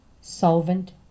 solvent